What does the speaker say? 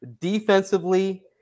Defensively